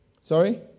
Sorry